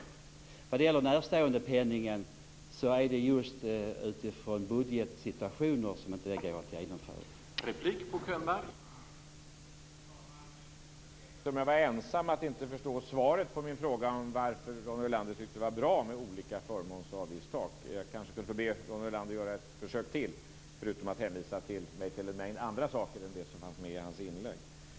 När det gäller närståendepenningen kan jag bara säga att det är just utifrån budgetsituationen som det inte går att genomföra vad som här tagits upp.